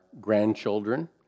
grandchildren